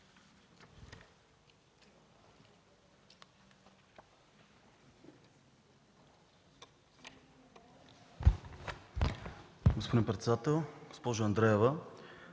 Господин председател, госпожо Андреева!